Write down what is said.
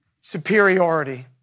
superiority